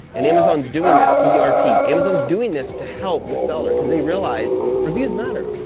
and amazon's doing this yeah erp. amazon's doing this to help the seller because they realize reviews matter,